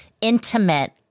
intimate